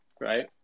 Right